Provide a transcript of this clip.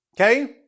okay